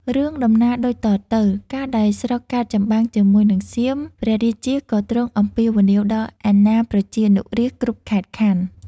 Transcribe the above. រឿងដំណាលដូចតទៅ កាលដែលស្រុកកើតចម្បាំងជាមួយនឹងសៀម ព្រះរាជាក៏ទ្រង់អំពាវនាវដល់អាណាប្រជានុរាស្ត្រគ្រប់ខេត្តខណ្ឌ។